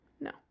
No